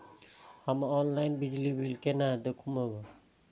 हम ऑनलाईन बिजली बील केना दूखमब?